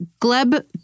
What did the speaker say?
Gleb